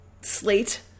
slate